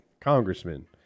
congressman